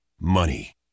Money